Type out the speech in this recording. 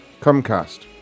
Comcast